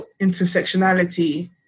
intersectionality